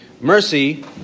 Mercy